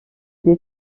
des